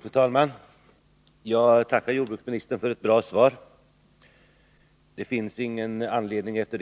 Fru talman! Jag tackar jordbruksministern för ett bra svar. Det finns efter detta svar ingen anledning att